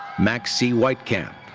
max c. weitkamp,